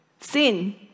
Sin